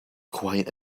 quite